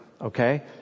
okay